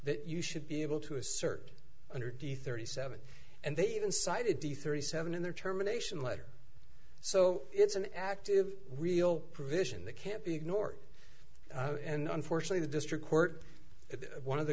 that you should be able to assert under d thirty seven and they even cited d thirty seven in their terminations letter so it's an active real provision that can't be ignored and unfortunately the district court one of the